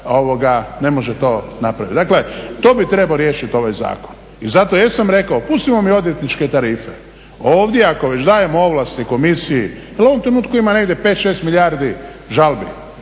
koja ne može to napraviti. Dakle, to bi trebao riješiti ovaj zakon. I zato jesam rekao pustimo mi odvjetničke tarife, ovdje ako već dajemo ovlasti komisiji jer u ovom trenutku ima negdje 5, 6 milijardi žalbi